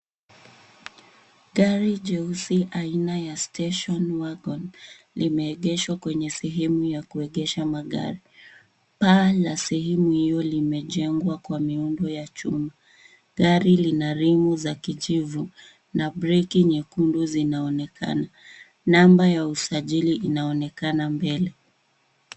Gari jeusi aina ya station wagon limeegeshwa kwenye sehemu ya kuegesha magari. Paa la sehemu hiyo limejengwa kwa miundo wa chuma. Gari lina rimu za kijivu na breki nyekundu zinaonekana. Namba ya usajili inaonekana mbele.